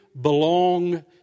belong